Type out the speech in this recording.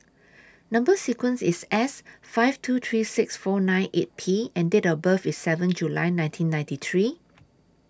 Number sequence IS S five two three six four nine eight P and Date of birth IS seven July nineteen ninety three